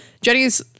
Jenny's